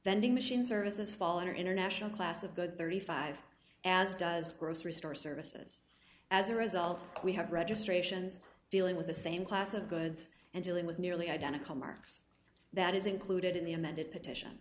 vending machine services fall under international class of good thirty five dollars as does grocery store services as a result we have registrations dealing with the same class of goods and dealing with nearly identical marks that is included in the amended petition